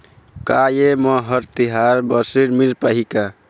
का ये म हर तिहार बर ऋण मिल पाही?